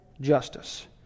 justice